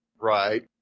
Right